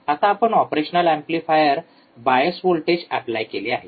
आता आपण ऑपरेशन एम्पलीफायरला बायस व्होल्टेज एप्लाय केले आहे